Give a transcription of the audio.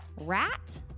rat